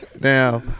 Now